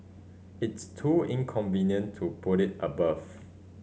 it's too inconvenient to put it above